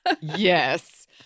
Yes